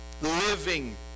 Living